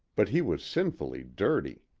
but he was sinfully dirty.